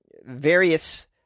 various